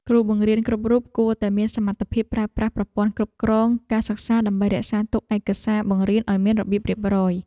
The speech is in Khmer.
គ្រូបង្រៀនគ្រប់រូបគួរតែមានសមត្ថភាពប្រើប្រាស់ប្រព័ន្ធគ្រប់គ្រងការសិក្សាដើម្បីរក្សាទុកឯកសារបង្រៀនឱ្យមានរបៀបរៀបរយ។